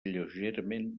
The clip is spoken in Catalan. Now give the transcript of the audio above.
lleugerament